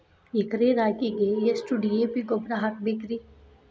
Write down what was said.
ಎಕರೆ ರಾಗಿಗೆ ಎಷ್ಟು ಡಿ.ಎ.ಪಿ ಗೊಬ್ರಾ ಹಾಕಬೇಕ್ರಿ?